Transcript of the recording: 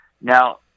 Now